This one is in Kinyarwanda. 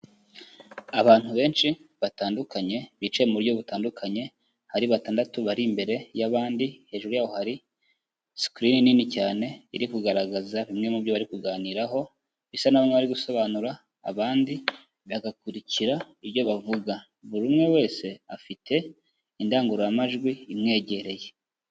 Abantu benshi batandukanye, bicaye mu buryo butandukanye, hari batandatu bari imbere y'abandi, hejuru yaho hari screen nini cyane iri kugaragaza bimwe mu byo bari kuganiraho, bisa n'aho bari gusobanura abandi bagakurikira ibyo bavuga. Buri umwe wese afite indangururamajwi imwegereye.